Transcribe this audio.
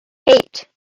eight